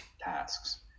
tasks